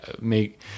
make